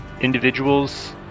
individuals